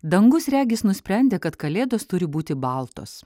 dangus regis nusprendė kad kalėdos turi būti baltos